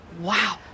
Wow